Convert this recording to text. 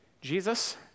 Jesus